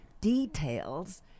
details